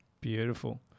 beautiful